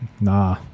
nah